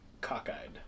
cockeyed